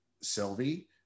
Sylvie